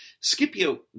Scipio